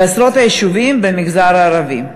בעשרות יישובים במגזר הערבי.